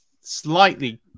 slightly